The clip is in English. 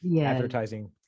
advertising